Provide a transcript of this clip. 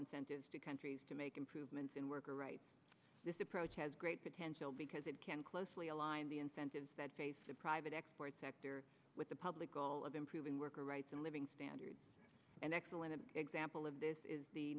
incentives to countries to make improvements in worker rights this approach has great potential because it can closely aligned the incentives that face the private export sector with the public goal of improving worker rights and living standards an excellent example of this is the